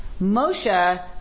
Moshe